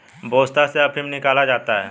पोस्ता से अफीम निकाला जाता है